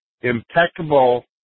impeccable